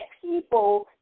people